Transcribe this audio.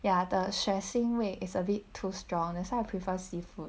ya the 血腥味 is a bit too strong that's why I prefer seafood